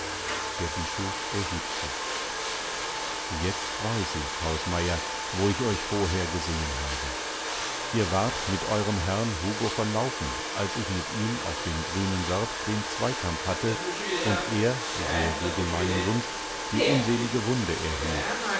der bischof erhebt sich jetzt weiß ich hausmeier wo ich euch vorher gesehen habe ihr wart mit eurem herrn hugo von laufen als ich mit ihm auf dem grünen wörth den zweikampf hatte und er sehr gegen meinen wunsch die unselige wunde erhielt